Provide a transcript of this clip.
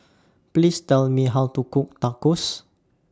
Please Tell Me How to Cook Tacos